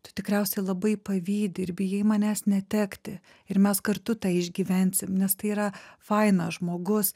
tu tikriausiai labai pavydi ir bijai manęs netekti ir mes kartu tą išgyvensim nes tai yra fainas žmogus